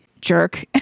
jerk